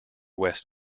west